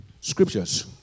scriptures